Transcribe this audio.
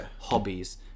hobbies